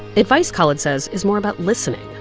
advice, khalid says, is more about listening,